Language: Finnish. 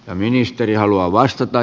ministeri haluaa vastata